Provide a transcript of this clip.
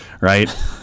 right